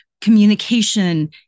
communication